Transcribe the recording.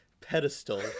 pedestal